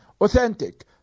authentic